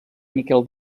miquel